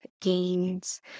gains